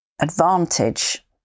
advantage